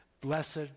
Blessed